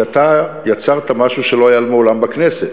כי אתה יצרת משהו שלא היה לנו מעולם בכנסת.